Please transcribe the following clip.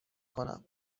کنم